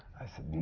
i said, nah!